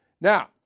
Now